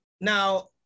now